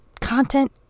content